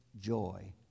joy